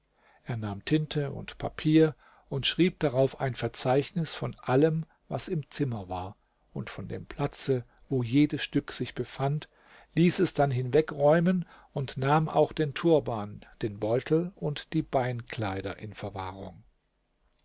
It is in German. er nahm tinte und papier und schrieb darauf ein verzeichnis von allem was im zimmer war und von dem platze wo jedes stück sich befand ließ es dann hinwegräumen und nahm auch den turban den beutel und die beinkleider in verwahrung